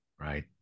right